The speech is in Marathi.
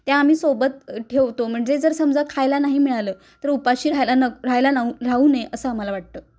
त्या आम्ही सोबत ठेवतो म्हणजे जर समजा खायला नाही मिळालं तर उपाशी राहायला न राहायला नाव राहू नये असं आम्हाला वाटतं